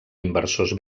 inversors